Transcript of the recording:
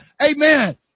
Amen